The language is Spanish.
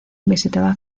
visitaba